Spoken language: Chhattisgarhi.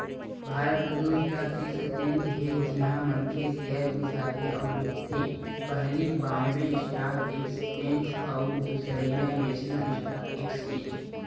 भारत म दू स्टॉक एक्सचेंज हे जिहाँ मनखे सेयर बिसाथे अउ बेंचथे पहिली बॉम्बे स्टॉक एक्सचेंज अउ दूसरइया नेसनल स्टॉक एक्सचेंज